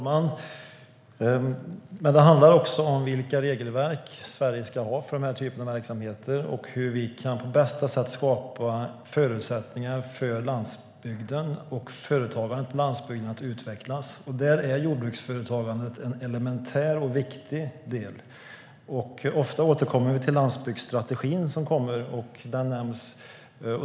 Herr talman! Det handlar om vilka regelverk Sverige ska ha för denna typ av verksamhet och hur vi på bästa sätt kan skapa förutsättningar för landsbygden och dess företagande att utvecklas. Där är jordbruksföretagandet en elementär och viktig del. Vi återkommer ofta till landsbygdsstrategin, som kommer.